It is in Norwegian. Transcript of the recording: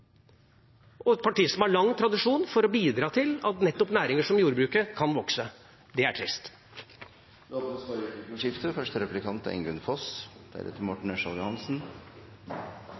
et parti som har lang tradisjon for å bidra til at nettopp næringer som jordbruket kan vokse. Det er trist. Det blir replikkordskifte.